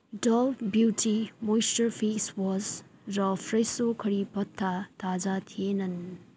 डोभ beauty moisture face wash र Fresho कढीपत्ता ताजा थिएनन्